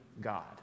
God